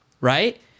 right